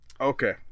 Okay